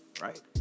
right